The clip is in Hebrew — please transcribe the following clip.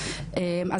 זה לא עניין של נשים.